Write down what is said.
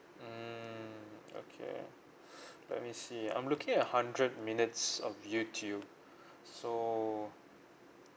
mmhmm okay let me see I'm looking at hundred minutes of youtube so